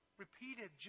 Repeated